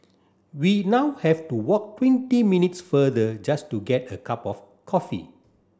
we now have to walk twenty minutes further just to get a cup of coffee